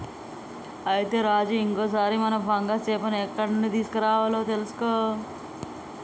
అయితే రాజు ఇంకో సారి మనం ఫంగస్ చేపని ఎక్కడ నుండి తీసుకురావాలో తెలుసుకో